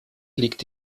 liegt